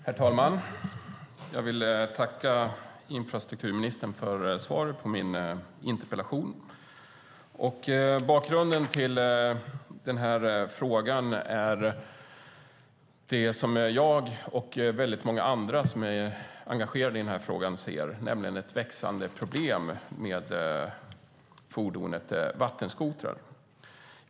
Herr talman! Jag vill tacka infrastrukturministern för svaret på min interpellation. Bakgrunden till den här frågan är det som jag och många andra som är engagerade i den här frågan ser, nämligen ett växande problem med fordonet vattenskoter.